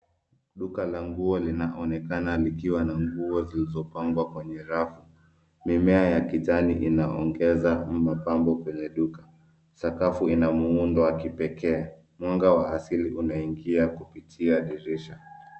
Duka la nguo linaonekana likiwa na nguo zilizopangwa kwenye rafu. Mimea ya kijani inaongeza mapambo kwenye duka. Sakafu ina muundo wa kipekee. Mwanga wa asili unaingia kupitia dirisha.